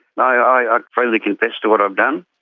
and i ah i ah freely confess to what i've done.